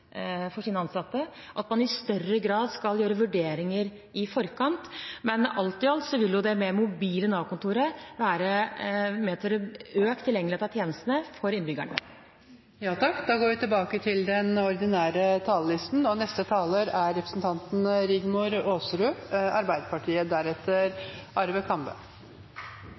for sine ansatte, at man i større grad skal gjøre vurderinger i forkant. Men alt i alt vil det mobile Nav-kontoret medføre økt tilgjengelighet til tjenestene for innbyggerne. Replikkordskiftet er omme. Nav-reformen sammen med pensjonsreformen er den